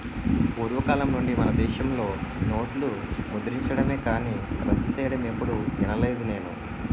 పూర్వకాలం నుండి మనదేశంలో నోట్లు ముద్రించడమే కానీ రద్దు సెయ్యడం ఎప్పుడూ ఇనలేదు నేను